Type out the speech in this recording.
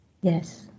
Yes